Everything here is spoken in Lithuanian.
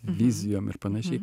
vizijom ir panašiai